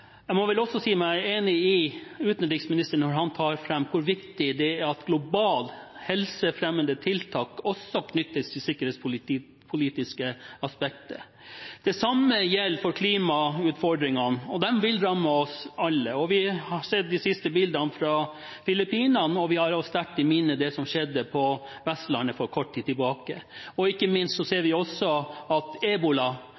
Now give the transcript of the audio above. jeg må vel også si meg enig med utenriksministeren når han tar fram hvor viktig det er at globale helsefremmende tiltak også knyttes til sikkerhetspolitiske aspekter. Det samme gjelder klimautfordringene, og de vil ramme oss alle. Vi har sett de siste bildene fra Filippinene, og vi har sterkt i minne det som skjedde på Vestlandet for kort tid tilbake, og ikke minst